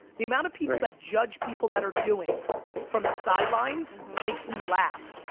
the amount of people that judge people that are doing from the sidelines makes me laugh.